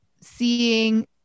seeing